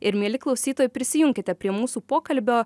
ir mieli klausytojai prisijunkite prie mūsų pokalbio